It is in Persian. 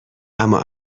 اما